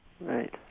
Right